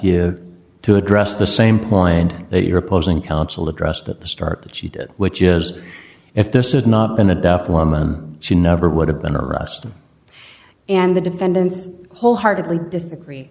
you to address the same point that your opposing counsel addressed at the start that she did which is if this had not been a death woman she never would have been arrested and the defendants wholeheartedly disagree